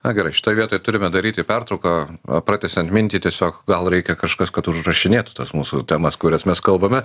na gerai šitoj vietoj turime daryti pertrauką pratęsiant mintį tiesiog gal reikia kažkas kad užrašinėtų tas mūsų temas kurias mes kalbame